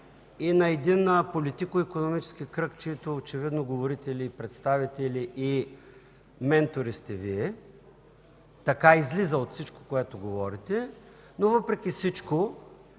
и на един политикоикономически кръг, чийто очевидно говорители, представители и ментори сте Вие –така излиза от всичко, което говорите, но въпреки всичко